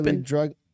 drug